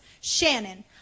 Shannon